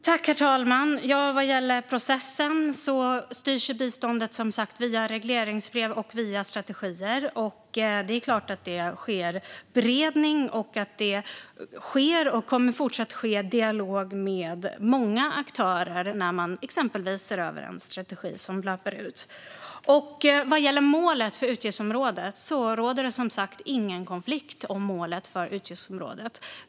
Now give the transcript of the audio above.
Herr talman! Vad gäller processen styrs biståndet som sagt via regleringsbrev och strategier. Det är klart att det sker beredning och att det sker och fortsatt kommer att ske dialog med många aktörer när man exempelvis ser över en strategi som löper ut. Vad gäller målet för utgiftsområdet råder det som sagt ingen konflikt.